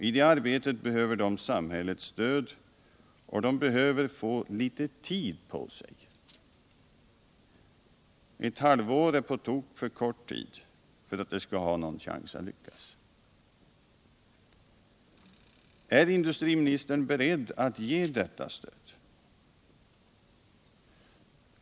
I det arbetet behöver de samhällets stöd, och de behöver få litet tid på sig. Ett halvår är på tok för kort tid för att det skall finnas någon chans att lyckas. Är industriministern beredd att ge detta stöd?